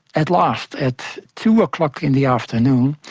at last, at two o'clock in the afternoon,